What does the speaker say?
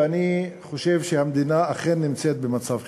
ואני חושב שהמדינה אכן נמצאת במצב חירום.